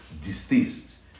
distaste